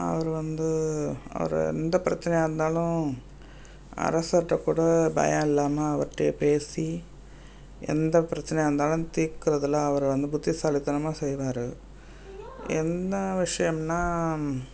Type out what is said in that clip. அவரு வந்து அவரு எந்தப் பிரச்சனையாக இருந்தாலும் அரசர்கிட்ட கூட பயம் இல்லாமல் அவர்கிட்டேயே பேசி எந்தப் பிரச்சனையாக இருந்தாலும் தீக்குறதில் அவரு வந்து புத்திசாலித்தனமாக செய்வாரு என்ன விஷயம்னா